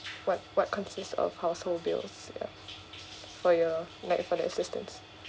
what what consist of household bills yeah for your like for the assistance